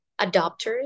adopters